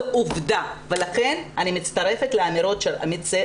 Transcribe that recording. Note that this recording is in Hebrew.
זאת עובדה ולכן אני מצטרפת לאמירות של עמית הלוי,